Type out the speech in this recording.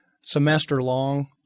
semester-long